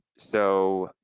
so,